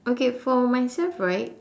okay for myself right